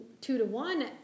two-to-one